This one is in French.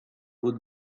haut